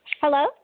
Hello